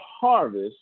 harvest